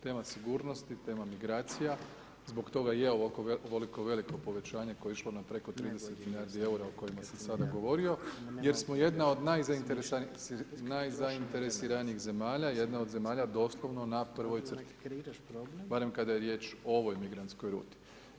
Tema sigurnosti, tema migracija, zbog toga i je ovoliko veliko povećanje koje je išlo na preko 30 milijardi EUR-a o kojima sam sad govorio, jer smo jedna od najzainteresiranijih zemalja, jedna od zemlja doslovno na prvoj crti, barem kada je riječ o ovoj migrantskoj ruti.